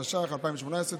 התשע"ח 2018,